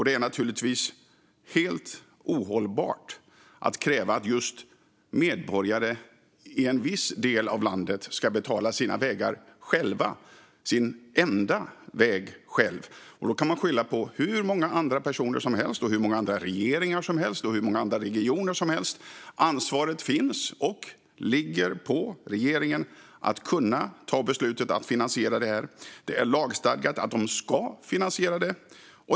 Det är naturligtvis helt ohållbart att kräva att just medborgare i en viss del av landet ska betala sin väg själva - sin enda väg. Man kan skylla på hur många andra personer som helst och hur många andra regeringar och regioner som helst. Men ansvaret ligger på regeringen, som kan ta beslut om att finansiera detta. Det är lagstadgat att man ska finansiera detta.